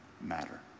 matter